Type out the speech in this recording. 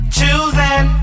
Choosing